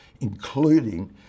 including